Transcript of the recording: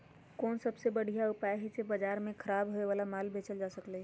कोन सबसे बढ़िया उपाय हई जे से बाजार में खराब होये वाला माल बेचल जा सकली ह?